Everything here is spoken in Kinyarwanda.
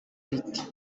riti